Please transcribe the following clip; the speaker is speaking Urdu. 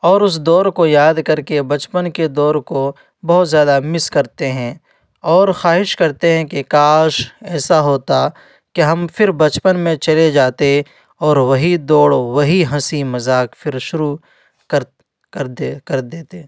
اور اس دور کو یاد کرکے بچپن کے دور کو بہت زیادہ مس کرتے ہیں اور خواہش کرتے ہیں کہ کاش ایسا ہوتا کہ ہم پھر بچپن میں چلے جاتے اور وہی دوڑ وہی ہنسی مزاق پھر شروع کر کر دے کر دے کر دیتے